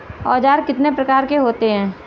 औज़ार कितने प्रकार के होते हैं?